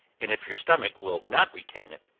and if your stomach will not retain it,